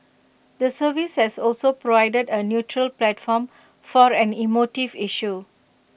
the service has also provided A neutral platform for an emotive issue